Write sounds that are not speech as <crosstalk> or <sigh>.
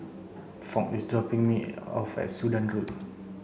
Foch is dropping me off at Sudan Road <noise>